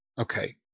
okay